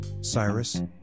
Cyrus